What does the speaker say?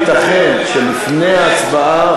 חבר הכנסת דוד אזולאי,